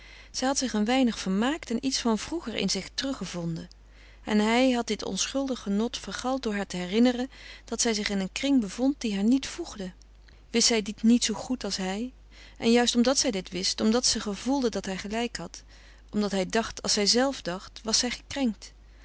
zij had zich een weinig vermaakt en iets van vroeger in zich teruggevonden en hij had dit onschuldige genot vergald door haar te herinneren dat zij zich in een kring bevond die haar niet voegde wist zij dit niet zoo goed als hij en juist omdat zij dit wist omdàt ze gevoelde dat hij gelijk had omdàt hij dacht als zijzelve dacht was zij gekrenkt